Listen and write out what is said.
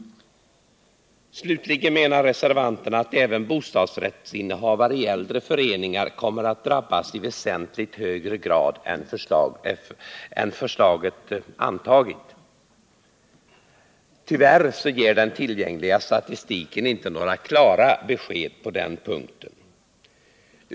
Slutligen menar reservanterna att även bostadsrättsinnehavare i äldre föreningar kommer att drabbas i väsentligt högre grad än vad som antas i förslaget. Tyvärr ger den tillgängliga statistiken inte klara besked på den punkten.